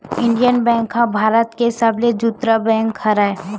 Indian bank ह भारत के सबले जुन्ना बेंक हरय